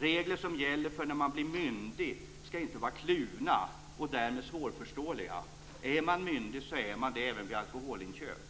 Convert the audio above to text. Regler som gäller för när man blir myndig ska inte vara kluvna och därmed svårförståeliga. Är man myndig så är man det även vid alkoholinköp.